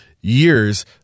years